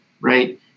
right